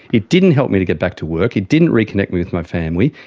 it didn't help me to get back to work, it didn't reconnect me with my family,